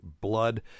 blood